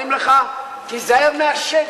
אומרים לך: תיזהר מהשד,